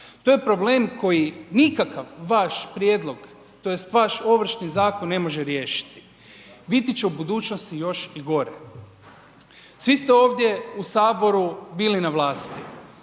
To je problem koji nikakav vaš prijedlog tj. vaš Ovršni zakon ne može riješiti, biti će u budućnosti još i gore. Svi ste ovdje u HS bili na vlasti,